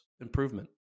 improvement